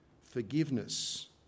forgiveness